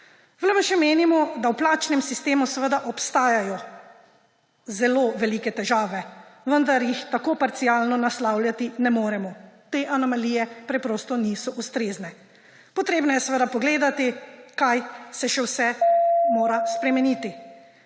V LMŠ menimo, da v plačnem sistemu obstajajo zelo velike težave, vendar jih tako parcialno naslavljati ne moremo, te anomalije preprosto niso ustrezne. Treba je pogledati, kaj vse se mora še spremeniti.